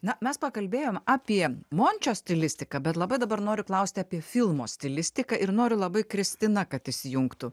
na mes pakalbėjom apie mončio stilistiką bet labai dabar noriu klausti apie filmo stilistiką ir noriu labai kristina kad įsijungtų